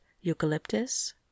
eucalyptus